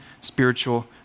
spiritual